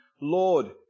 Lord